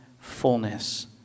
fullness